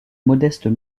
modestes